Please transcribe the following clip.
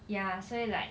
ya 所以 like